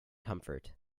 comfort